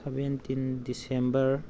seventeen December